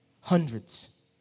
Hundreds